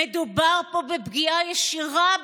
חבריי חברי הכנסת,